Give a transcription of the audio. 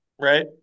Right